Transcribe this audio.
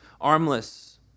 armless